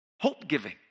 hope-giving